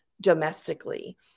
domestically